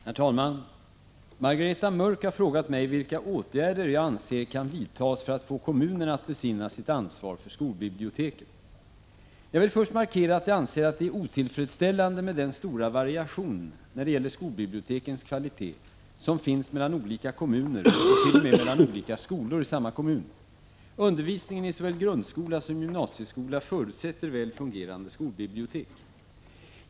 Herr talman! Margareta Mörck har frågat mig vilka åtgärder jag anser kan vidtas för att få kommunerna att besinna sitt ansvar för skolbiblioteken. Jag vill först markera att jag anser att det är otillfredsställande med den stora variation när det gäller skolbibliotekens kvalitet som finns mellan olika kommuner och t.o.m. mellan olika skolor i samma kommun. Undervisningen i såväl grundskola som gymnasieskola förutsätter väl fungerande skolbibliotek.